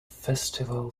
festival